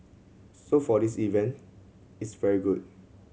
so for this event it's very good